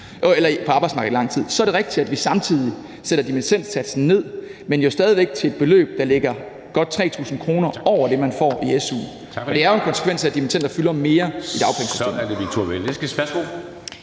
været på arbejdsmarkedet i lang tid. Så er det rigtigt, at vi samtidig sætter dimittendsatsen ned, men jo stadig væk til et beløb, der ligger godt 3.000 kr. over det, man får i su. Og det er jo en konsekvens af, at dimittender fylder mere i dagpengesystemet. Kl. 09:27